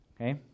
Okay